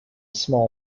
small